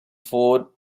four